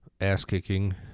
ass-kicking